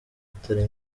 atari